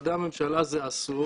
במשרדי הממשלה זה אסור.